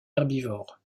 herbivores